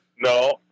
No